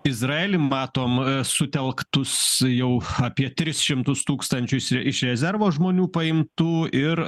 izraely matom sutelktus jau apie tris šimtus tūkstančius is iš rezervo žmonių paimtų ir